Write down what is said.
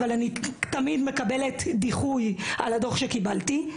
אבל אני תמיד מקבלת דיחוי על הדוח שקיבלתי,